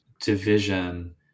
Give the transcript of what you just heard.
division